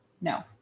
no